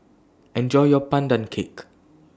Enjoy your Pandan Cake